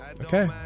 okay